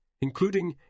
including